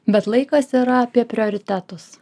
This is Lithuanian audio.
bet laikas yra apie prioritetus